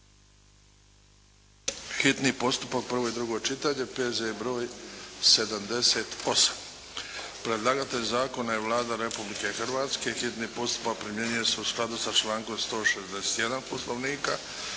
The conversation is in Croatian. hitni postupak, prvo i drugo čitanje, P.Z.E. br. 78 Predlagatelj Zakona je Vlada Republike Hrvatske. Hitni postupak primjenjuje se u skladu sa člankom 161. Poslovnika.